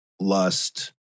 lust